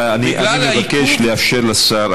חבריא, אני מבקש לאפשר לשר.